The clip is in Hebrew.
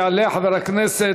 יעלה חבר הכנסת